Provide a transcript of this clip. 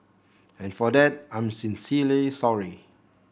and for that I'm sincerely sorry